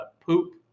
poop